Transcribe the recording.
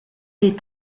est